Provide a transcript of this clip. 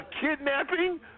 kidnapping